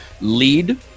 lead